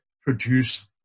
produce